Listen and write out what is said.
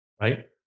Right